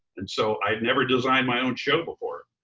and so i'd never designed my own show before.